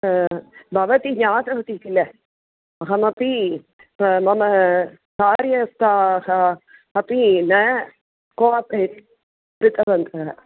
भवती ज्ञातवती किल अहमपि मम कार्यस्थाः अपि न कौप्रेट् कृतवन्तः